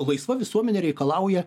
laisva visuomenė reikalauja